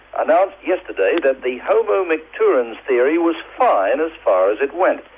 announced yesterday that the homo micturans theory was fine as far as it went.